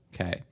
Okay